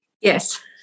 Yes